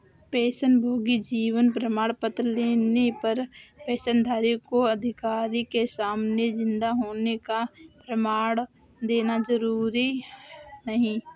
पेंशनभोगी जीवन प्रमाण पत्र लेने पर पेंशनधारी को अधिकारी के सामने जिन्दा होने का प्रमाण देना जरुरी नहीं